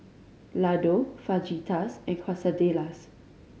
Ladoo Fajitas and Quesadillas